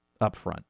upfront